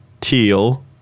teal